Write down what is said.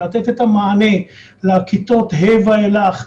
לתת את המענה לכיתות ה' ואילך,